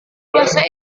bahasa